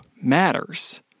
matters